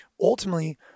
ultimately